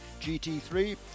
GT3